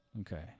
Okay